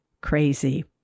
crazy